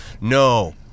no